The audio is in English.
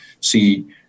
see